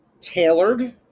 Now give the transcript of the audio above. tailored